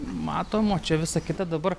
matom o čia visa kita dabar